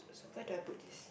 where do I put this